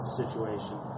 situation